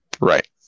Right